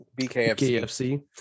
BKFC